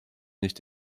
nicht